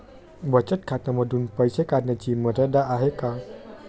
बचत खात्यांमधून पैसे काढण्याची मर्यादा आहे का?